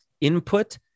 input